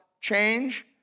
change